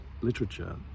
literature